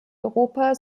europa